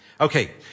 Okay